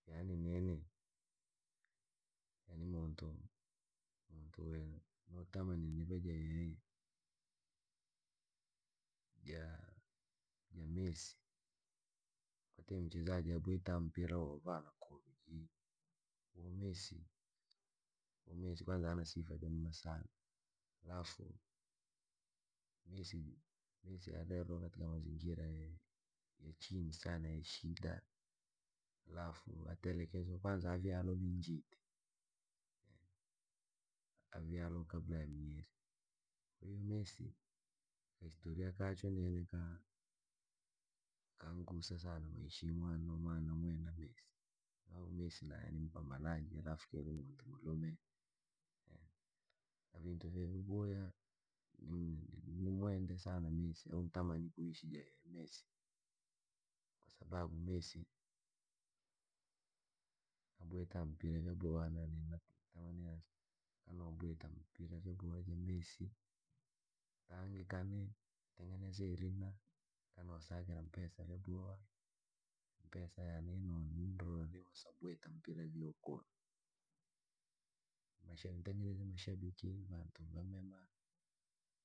Yaani nini muntu mwe notamani nive ja yeye nija messi, ni mchezaji mwe ambita mpira wa maulu. Messi kwanza anasija jamema sana, halafu mess messi arerrwa katika mazingira ya chini sana ya shida halafu atelekezwa kwa avyalwa njiti, avyalwa kabla ya mieri. Uhu messi kaisimu kachwe nini kaangusa sana maisha mwane namwenda no mananamwenda sana messi na yeye ni mpambanaji alafu kii ni muntu mulume, vintu ve vunboya nimwende sana ni kuishi ja yeye messi kwasababu messi messi ambwita mpira vyaboha sana notamani niveja yeye messi, nionekane, ntengeneze irina, nkonosakira mpesa vyaboha mpesa yaani nkonoriwha sabwita mpira vii wa kuulu ntengeneze mashabiki na vantu vamema.